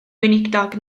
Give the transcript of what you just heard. weinidog